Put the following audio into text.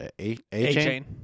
A-Chain